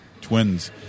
Twins